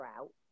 out